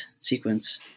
sequence